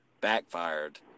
backfired